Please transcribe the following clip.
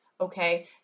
Okay